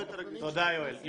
יואל.